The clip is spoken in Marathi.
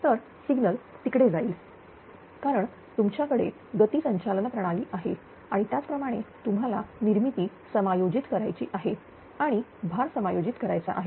तर सिग्नल तिकडे जाईल कारण तुमच्याकडे गती संचालन प्रणाली आहे आणि त्याप्रमाणे तुम्हाला निर्मिती समायोजित करायची आहे आणि भार समायोजित करायचा आहे